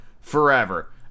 forever